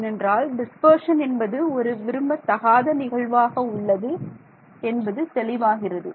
ஏனென்றால் டிஸ்பர்ஷன் என்பது ஒரு விரும்பத்தகாத நிகழ்வாக உள்ளது என்பது தெளிவாகிறது